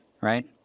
right